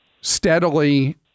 steadily